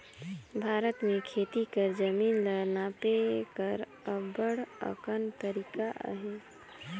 भारत में खेती कर जमीन ल नापे कर अब्बड़ अकन तरीका अहे